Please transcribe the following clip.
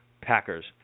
Packers